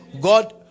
God